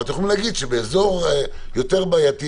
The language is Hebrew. אתם יכולים להגיד שבאזור יותר בעייתי,